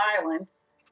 violence